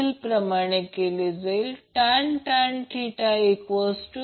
तर अखेरीस ते होईल अखेरीस ते मिलिअँपीयर चे अँपिअरमध्ये असेल ते 108